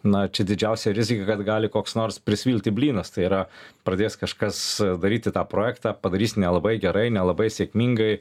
na čia didžiausia rizika kad gali koks nors prisvilti blynas tai yra pradės kažkas daryti tą projektą padarys nelabai gerai nelabai sėkmingai